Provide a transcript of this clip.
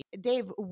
Dave